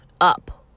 Up